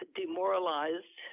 demoralized